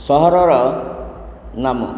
ସହରର ନାମ